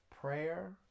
prayer